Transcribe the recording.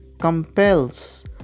compels